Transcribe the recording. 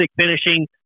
finishing